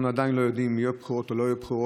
אנחנו עדיין לא יודעים אם יהיו בחירות או לא יהיו בחירות.